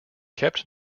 kept